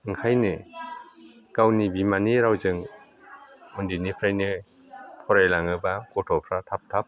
ओंखायनो गावनि बिमानि रावजों उन्दैनिफ्रायनो फरायलाङोब्ला गथ'फ्रा थाब थाब